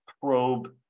probe